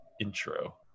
intro